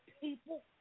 people